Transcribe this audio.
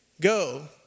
go